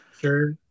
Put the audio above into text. sure